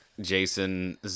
Jason